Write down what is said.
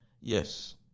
Yes